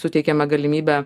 suteikiamą galimybę